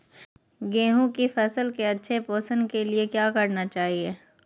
गेंहू की फसल के अच्छे पोषण के लिए क्या करना चाहिए?